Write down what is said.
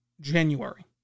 January